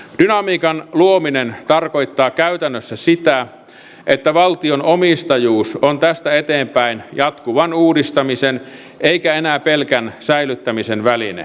dynamiikan luominen tarkoittaa käytännössä sitä että valtion omistajuus on tästä eteenpäin jatkuvan uudistamisen eikä enää pelkän säilyttämisen väline